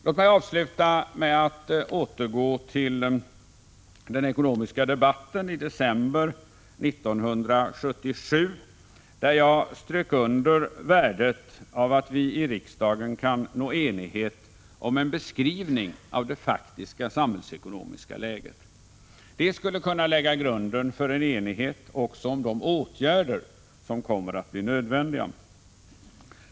Låt mig avsluta med att återgå till den ekonomiska debatten i december 1977, där jag strök under värdet av att vi i riksdagen kan nå enighet om en beskrivning av det faktiska samhällsekonomiska läget. Det skulle kunna lägga grunden för enighet också om de åtgärder som kommer att bli nödvändiga.